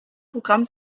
programm